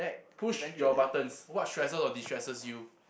push your buttons what stresses or de-stresses you